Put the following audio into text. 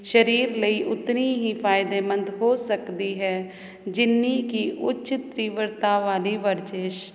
ਸਰੀਰ ਲਈ ਉਤਨੀ ਹੀ ਫ਼ਾਇਦੇਮੰਦ ਹੋ ਸਕਦੀ ਹੈ ਜਿੰਨੀ ਕਿ ਉੱਚ ਤੀਬਰਤਾ ਵਾਲੀ ਵਰਜਿਸ਼